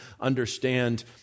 understand